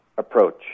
approach